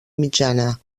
mitjana